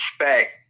respect